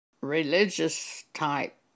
religious-type